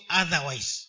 otherwise